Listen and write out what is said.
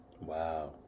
Wow